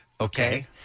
Okay